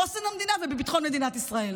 בחוסן המדינה ובביטחון מדינת ישראל.